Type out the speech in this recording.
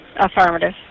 Affirmative